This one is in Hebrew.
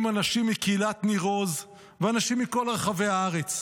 עם אנשים מקהילת ניר עוז ואנשים מכל רחבי הארץ.